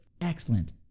excellent